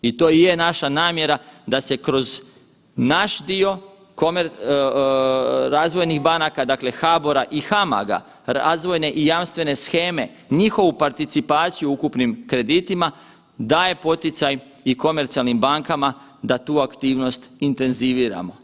I to i je naša namjera da se kroz naš dio razvojnih banaka, dakle HBOR-a i HAMAG-a, razvojne i jamstvene sheme, njihovu participaciju u ukupnim kreditima, daje poticaj i komercijalnim bankama da tu aktivnost intenziviramo.